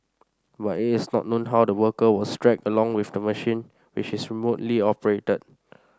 but it is not known how the worker was dragged along with the machine which is remotely operated